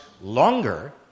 longer